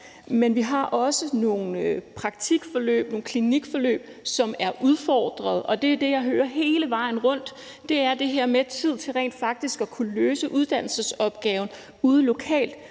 Men vi har også nogle praktikforløb, nogle klinikforløb, som er udfordrede, og det, jeg hører hele vejen rundt, er det her med at have tid til rent faktisk at kunne løse uddannelsesopgaven på det lokale